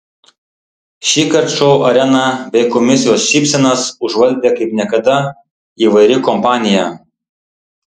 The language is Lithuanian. šįkart šou areną bei komisijos šypsenas užvaldė kaip niekada įvairi kompanija